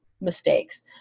mistakes